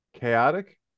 chaotic